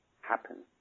happen